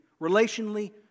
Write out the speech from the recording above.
relationally